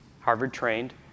Harvard-trained